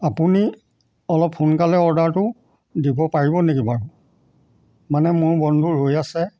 আপুনি অলপ সোনকালে অৰ্ডাৰটো দিব পাৰিব নিকি বাৰু মানে মোৰ বন্ধু ৰৈ আছে